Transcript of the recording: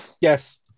Yes